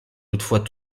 toutefois